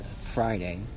Friday